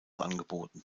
angeboten